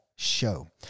Show